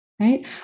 right